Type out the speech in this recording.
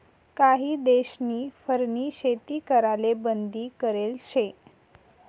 काही देशस्नी फरनी शेती कराले बंदी करेल शे